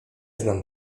znam